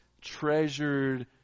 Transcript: Treasured